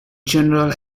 general